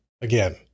again